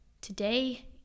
Today